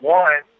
one